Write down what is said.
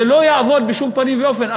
זה לא יעבוד בשום פנים ואופן.